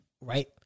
Right